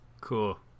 cool